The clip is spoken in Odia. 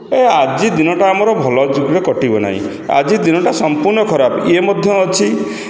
ଏ ଆଜି ଦିନଟା ଆମର ଭଲ ରେ କଟିବ ନାହିଁ ଆଜି ଦିନଟା ସମ୍ପୂର୍ଣ୍ଣ ଖରାପ ଇଏ ମଧ୍ୟ ଅଛି